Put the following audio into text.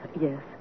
Yes